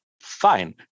fine